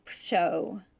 show